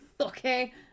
Okay